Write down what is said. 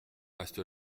reste